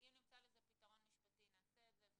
אם נמצא לזה פתרון משפטי נעשה את זה,